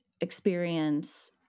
experience